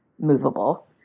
movable